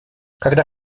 когда